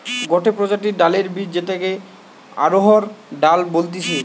গটে প্রজাতির ডালের বীজ যেটাকে অড়হর ডাল বলতিছে